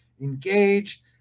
engaged